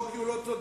לא כי הוא לא צודק,